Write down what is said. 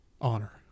honor